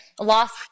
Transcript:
lost